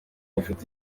inshuti